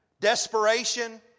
Desperation